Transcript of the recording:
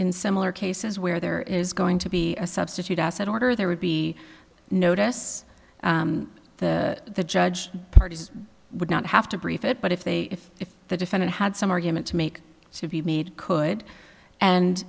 in similar cases where there is going to be a substitute outside order there would be notice the the judge parties would not have to brief it but if they if if the defendant had some argument to make to be made could and